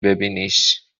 ببینیش